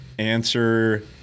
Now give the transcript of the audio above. answer